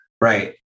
Right